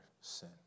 sin